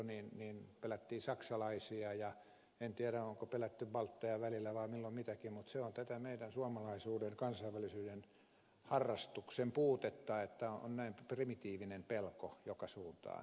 karhuvaara kertoi pelättiin saksalaisia ja en tiedä onko pelätty baltteja välillä vai milloin mitäkin mutta se on tätä meidän suomalaisuuden kansainvälisyyden harrastuksen puutetta että on näin primitiivinen pelko joka suuntaan